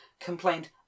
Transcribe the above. complained